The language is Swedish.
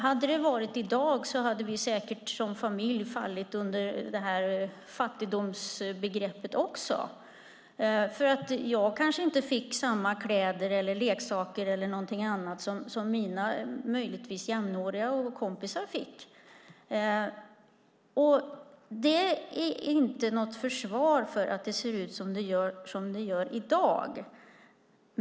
Hade det varit i dag hade vi säkert som familj fallit under fattigdomsbegreppet. Jag kanske inte fick samma kläder, leksaker eller något annat som mina jämnåriga kompisar fick. Det är inte något försvar för att det ser ut som det gör i dag.